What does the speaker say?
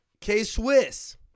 K-Swiss